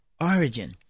origin